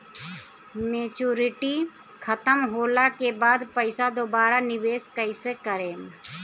Maturity खतम होला के बाद पईसा दोबारा निवेश कइसे करेम?